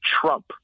Trump